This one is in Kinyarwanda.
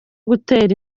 gutera